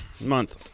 Month